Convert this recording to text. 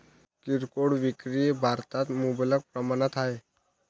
किरकोळ विक्री भारतात मुबलक प्रमाणात आहे